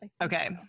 okay